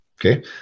Okay